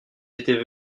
étaient